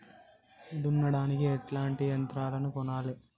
దున్నడానికి ఎట్లాంటి యంత్రాలను కొనాలే?